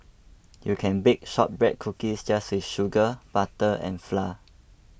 you can bake Shortbread Cookies just with sugar butter and flour